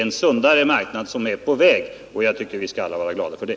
En sundare marknad är sålunda på väg.